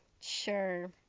Sure